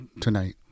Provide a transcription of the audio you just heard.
tonight